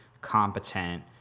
competent